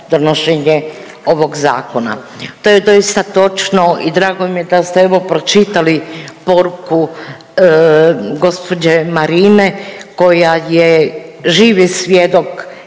donošenje ovog zakona. To je doista točno i drago mi je da ste evo pročitali poruku gđe. Marine koja je živi svjedok